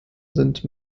sind